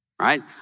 right